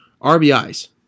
RBIs